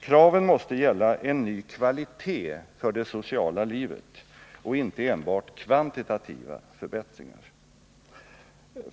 Kraven måste gälla en ny kvalitet för det sociala livet och inte enbart kvantitativa förbättringar.